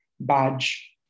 badge